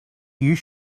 you